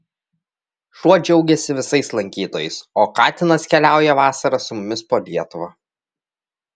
šuo džiaugiasi visais lankytojais o katinas keliauja vasarą su mumis po lietuvą